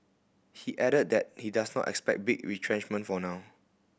he added that he does not expect big retrenchment for now